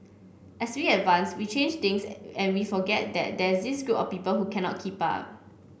as we advance we change things and we forget that there's this group of people who cannot keep up